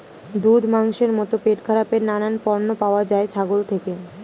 দুধ, মাংসের মতো পেটখারাপের নানান পণ্য পাওয়া যায় ছাগল থেকে